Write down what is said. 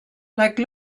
like